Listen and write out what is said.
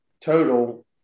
total